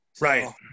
Right